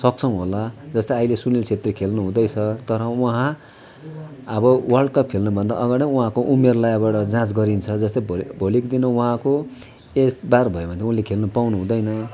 सक्नसक्छौँ होला जस्तै अहिले सुनील क्षेत्री खेल्नुहुँदैछ तर उहाँ अब वर्ल्डकप खेल्नुभन्दा अगाडि नै उहाँको उमेरलाई अब एउटा अब जाँच गरिन्छ जस्तै भयो भोलिको दिनमा उहाँको एज पार भयो भने उसले खेल्न पाउनुहुँदैन